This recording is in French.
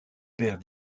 père